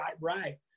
right